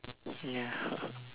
ya